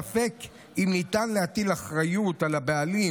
ספק אם ניתן להטיל אחריות על הבעלים